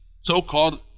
so-called